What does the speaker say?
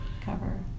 cover